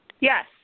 Yes